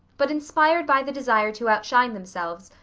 but inspired by the desire to outshine themselves,